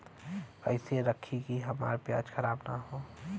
कइसे रखी कि हमार प्याज खराब न हो?